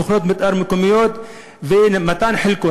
תוכניות מתאר מקומיות ומתן חלקות.